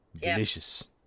Delicious